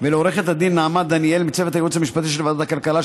ולעורכת הדין נעמה דניאל מצוות הייעוץ המשפטי של ועדת הכלכלה,